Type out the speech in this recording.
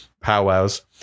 powwows